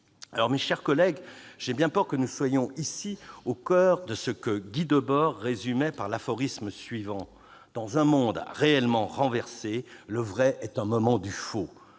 Mes chers collègues, j'ai bien peur que nous soyons au coeur de ce que Guy Debord résumait par cet aphorisme :« Dans un monde réellement renversé, le vrai est un moment du faux